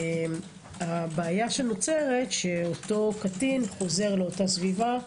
הבעיה שנוצרת, שאותו קטין חוזר לאותה סביבה,